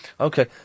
Okay